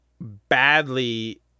badly